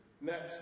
Next